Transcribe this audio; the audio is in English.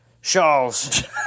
Shawls